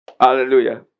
Hallelujah